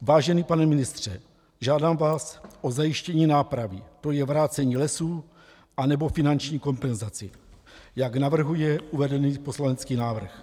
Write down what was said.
Vážený pane ministře, žádám vás o zajištění nápravy, tj. vrácení lesů nebo finanční kompenzaci, jak navrhuje uvedený poslanecký návrh.